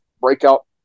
breakout